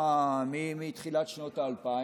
מתחילת שנות ה-2000,